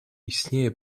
istnieje